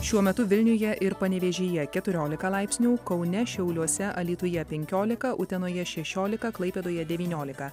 šiuo metu vilniuje ir panevėžyje keturiolika laipsnių kaune šiauliuose alytuje penkiolika utenoje šešiolika klaipėdoje devyniolika